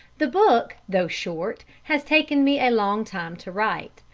the book, though short, has taken me a long time to write,